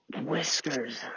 whiskers